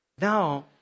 Now